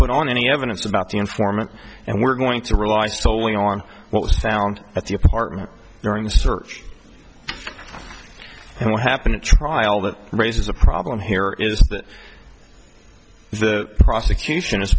put on any evidence about the informant and we're going to rely solely on what was found at the apartment during the search and what happened at trial that raises a problem here is that the prosecution as